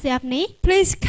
please